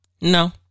No